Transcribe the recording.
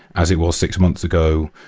as it was six months ago,